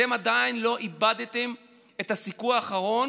אתם עדיין לא איבדתם את הסיכוי האחרון